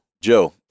Joe